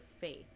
faith